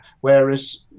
Whereas